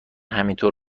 همینطور